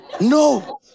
No